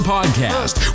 Podcast